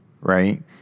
right